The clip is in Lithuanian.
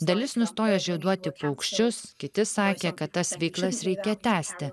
dalis nustojo žieduoti paukščius kiti sakė kad tas veiklas reikia tęsti